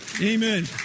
amen